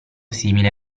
simile